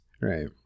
Right